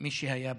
מי שהיה ברכב.